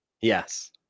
Yes